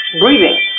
breathing